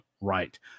right